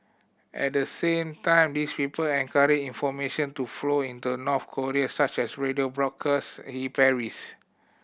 at the same time these people encourage information to flow into North Korea such as radio broadcasts he parries